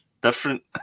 different